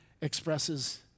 expresses